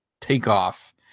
takeoff